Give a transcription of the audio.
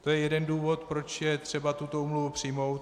To je jeden důvod, proč je třeba tuto úmluvu přijmout.